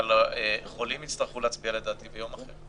אבל לדעתי חולים יצטרכו להצביע ביום אחר,